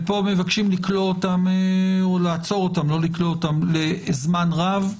ופה מבקשים לעצור אותם לזמן רב.